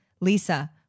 Lisa